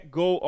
go